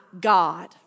God